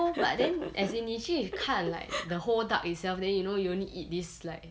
no but then as in 你去看 like the whole duck itself then you know you only eat this like